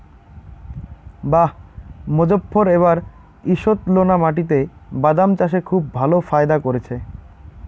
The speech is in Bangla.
বাঃ মোজফ্ফর এবার ঈষৎলোনা মাটিতে বাদাম চাষে খুব ভালো ফায়দা করেছে